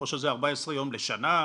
או שזה 14 יום לשנה,